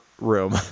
room